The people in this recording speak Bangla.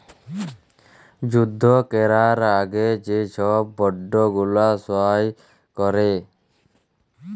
যুদ্ধ ক্যরার আগে যে ছব বল্ড গুলা সই ক্যরে